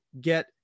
get